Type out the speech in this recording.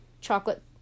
chocolate